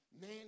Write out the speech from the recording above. Man